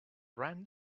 ran